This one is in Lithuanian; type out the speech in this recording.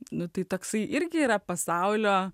nu tai toksai irgi yra pasaulio